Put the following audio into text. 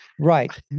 Right